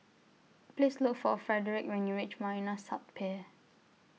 Please Look For Frederick when YOU REACH Marina South Pier